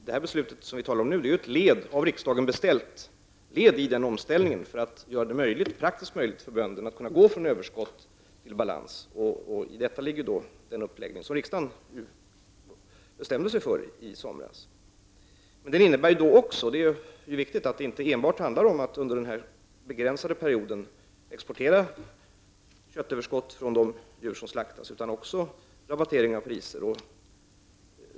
Detta är ett av riksdagen beställt led i den omställning som skall göra det praktiskt möjligt för bönderna att kunna gå från överskott till balans, och i detta ligger alltså den uppläggning som riksdagen bestämde sig för i somras. Men detta handlar inte enbart om att under en begränsad period exportera köttöverskott från de djur som slaktas, utan det innebär också en rabattering av priser.